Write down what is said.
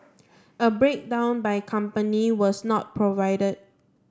a breakdown by company was not provided